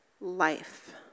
life